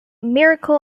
miracle